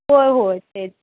होय होय तेच